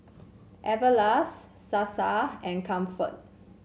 Everlast Sasa and Comfort